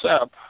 up